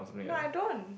no I don't